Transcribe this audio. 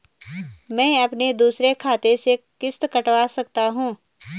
मैं अपने दूसरे खाते से किश्त कटवा सकता हूँ?